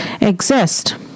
exist